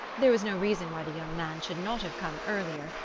there was no reason why the young man should not have come earlier,